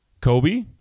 Kobe